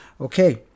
Okay